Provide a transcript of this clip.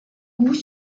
goûts